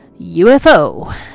UFO